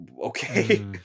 Okay